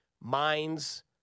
minds